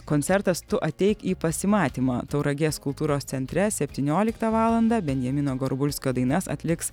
koncertas tu ateik į pasimatymą tauragės kultūros centre septynioliktą valandą benjamino gorbulskio dainas atliks